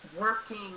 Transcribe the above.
working